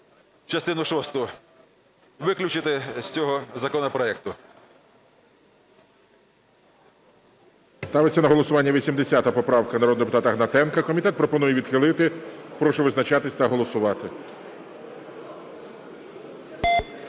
частину шосту виключити з цього законопроекту. ГОЛОВУЮЧИЙ. Ставиться на голосування 80 поправка народного депутата Гнатенка. Комітет пропонує відхилити. Прошу визначатись та голосувати.